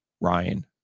Ryan